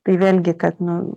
tai vėl gi kad nu